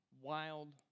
wild